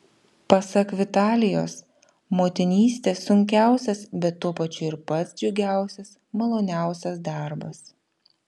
pasak vitalijos motinystė sunkiausias bet tuo pačiu ir pats džiugiausias maloniausias darbas